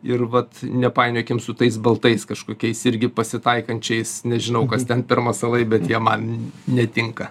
ir vat nepainiokim su tais baltais kažkokiais irgi pasitaikančiais nežinau kas ten per masalai bet jie man netinka